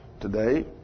today